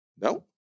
No